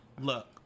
look